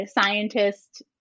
scientists